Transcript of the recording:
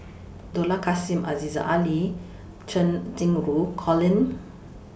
Dollah Kassim Aziza Ali Cheng Xinru Colin